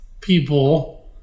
people